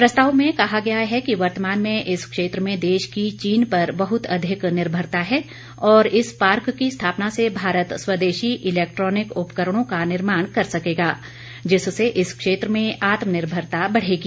प्रस्ताव में कहा गया है कि वर्तमान में इस क्षेत्र में देश की चीन पर बहुत अधिक निर्भरता है और इस पार्क के स्थापना से भारत स्वदेशी इलैक्ट्रॉनिक उपकरणों का निर्माण कर सकेगा जिससे इस क्षेत्र में आत्मनिर्भरता बढ़ेगी